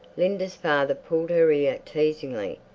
linda's father pulled her ear teasingly,